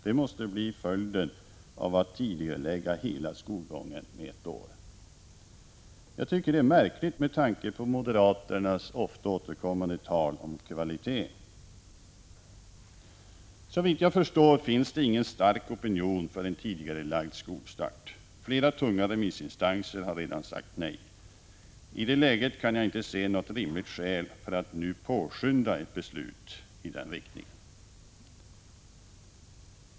Det måste bli följden av att tidigarelägga hela skolgången ett år. Det är märkligt med tanke på moderaternas ofta återkommande tal om kvalitet. Såvitt jag förstår finns det ingen stark opinion för en tidigarelagd skolstart. Flera tunga remissinstanser har redan sagt nej. I det läget kan jag inte se något rimligt skäl för att nu påskynda ett beslut i den riktningen.